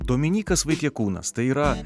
dominykas vaitiekūnas tai yra